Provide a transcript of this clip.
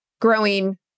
growing